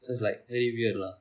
so is like very weird lah